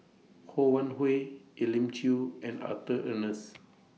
Ho Wan Hui Elim Chew and Arthur Ernest